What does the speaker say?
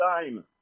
time